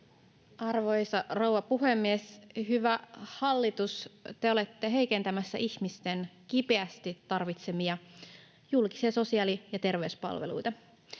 Arvoisa rouva puhemies! Hyvä hallitus, te olette heikentämässä ihmisten kipeästi tarvitsemia julkisia sosiaali- ja terveyspalveluita.